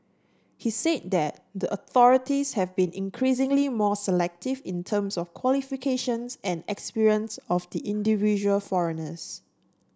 he said that the authorities have been increasingly more selective in terms of qualifications and experience of the individual foreigners